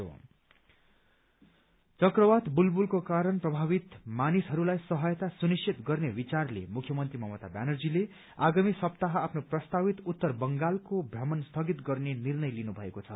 postponed चक्रवात बुलबुलको कारण प्रभावित मानिसहरूलाई सहायता सुनिश्चित गर्ने विचारले मुख्यमन्त्री ममता ब्यानर्जीले आगामी सप्ताह आफ्नो प्रस्तावित उत्तर बंगालको श्रमण स्थगित गर्ने निर्णय लिनु भएको छ